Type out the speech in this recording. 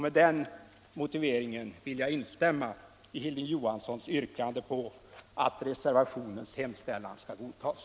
Med den motiveringen vill jag instämma i herr Hilding Johanssons yrkande på att reservationens hemställan skall godtas.